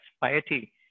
piety